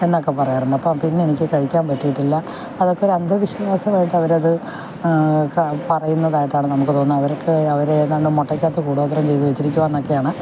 എന്നൊക്കെ പറയാറുണ്ട് അപ്പോൾ പിന്നെ എനിക്ക് കഴിക്കാൻ പറ്റിയിട്ടില്ല അതൊക്കെ ഒരു അന്ധവിശ്വാസമായിട്ട് അവർ അത് ക പറയുന്നതായിട്ടാണ് നമുക്ക് തോന്നുന്നത് അവർക്ക് അവർ ഏതാണ്ട് മുട്ടയ്ക്കകത്ത് കൂടോത്രം ചെയ്തു വെച്ചിരിക്കുവാണ് എന്നൊക്കെയാണ്